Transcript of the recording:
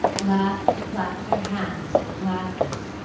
laughed and clapped their hands in gladness.